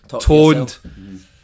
toned